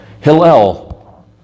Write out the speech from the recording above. Hillel